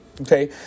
okay